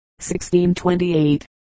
1628